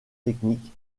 technique